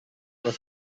was